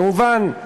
כמובן,